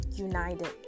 united